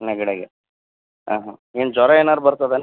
ನೆಗಡಿ ಆಗ್ಯದೆ ಹಾಂ ಹಾಂ ಏನು ಜ್ವರ ಏನಾರೂ ಬರ್ತದೇನು